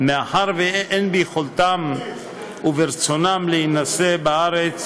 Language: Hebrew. מאחר שאין ביכולתם וברצונם להינשא בארץ